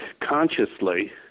consciously